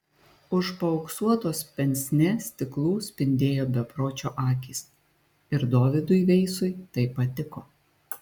už paauksuotos pensnė stiklų spindėjo bepročio akys ir dovydui veisui tai patiko